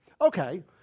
Okay